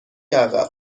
عقب